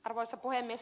arvoisa puhemies